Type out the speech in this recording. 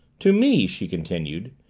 to me, she continued,